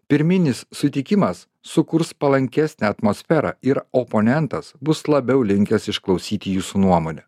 pirminis sutikimas sukurs palankesnę atmosferą ir oponentas bus labiau linkęs išklausyti jūsų nuomonę